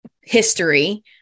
history